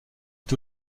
est